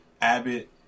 Abbott